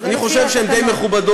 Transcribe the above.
אני חושב שהן די מכובדות,